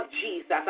Jesus